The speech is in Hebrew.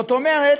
זאת אומרת,